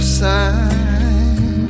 sign